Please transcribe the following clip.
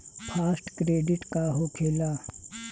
Fast credit का होखेला?